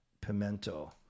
Pimento